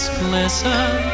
glisten